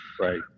Right